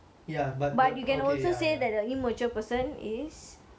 ya but but you can also say that ya ya